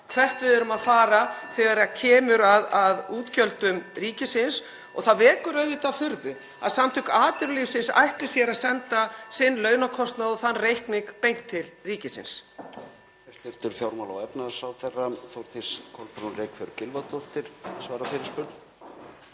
hvert við erum að fara þegar kemur að útgjöldum ríkisins. Og það vekur auðvitað furðu að Samtök atvinnulífsins ætli sér að senda sinn launakostnað og þann reikning beint til ríkisins.